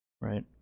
right